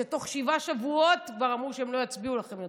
שבתוך שבעה שבועות כבר אמרו שהם לא יצביעו לכם יותר.